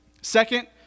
Second